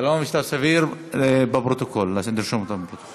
33 בעד, אין נמנעים, אין מתנגדים.